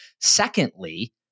Secondly